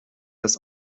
das